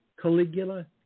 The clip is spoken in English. Caligula